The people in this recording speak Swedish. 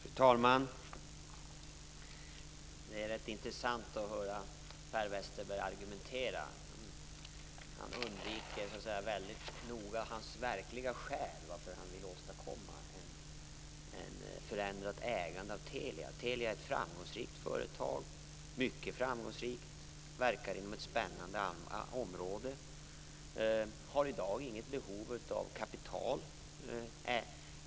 Fru talman! Det är rätt intressant att höra Per Westerberg argumentera. Han undviker väldigt noga sina verkliga skäl till varför han vill åstadkomma ett förändrat ägande av Telia. Telia är ett mycket framgångsrikt företag och verkar inom ett spännande område. Telia har i dag inget behov av kapital.